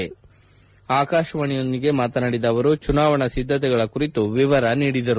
ಅವರು ಆಕಾಶವಾಣೆಯೊಂದಿಗೆ ಮಾತನಾಡಿದ ಅವರು ಚುನಾವಣಾ ಸಿದ್ದತೆಗಳ ಕುರಿತು ವಿವರ ನೀಡಿದರು